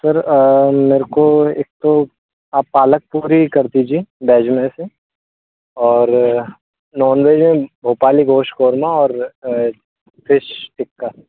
sir मेरे को एक तो आप पालक पूरी कर दीजिए बेज में से और नॉन वेज में भोपाली गोश क़ोरमा और फिश टिक्का